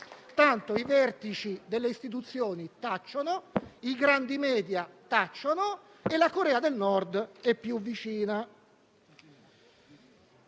Tanto i vertici delle istituzioni, così come i grandi *media,* tacciono e la Corea del Nord è più vicina